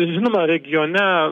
žinoma regione